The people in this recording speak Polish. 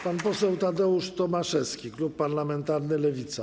Pan poseł Tadeusz Tomaszewski, klub parlamentarny Lewica.